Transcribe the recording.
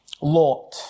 Lot